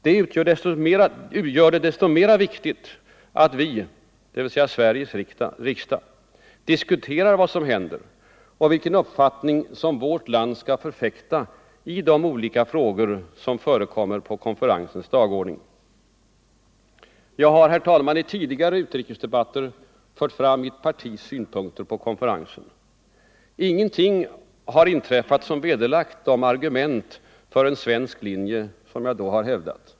Detta gör det desto mera viktigt att vi — dvs. Sveriges riksdag — diskuterar vad som händer och vilken uppfattning som vårt land skall förfäkta i de olika frågor som förekommer på konferensens dagordning. Jag har, herr talman, i tidigare utrikesdebatter fört fram mitt partis synpunkter på konferensen. Ingenting har inträffat som vederlagt de argument för en svensk linje som jag då hävdat.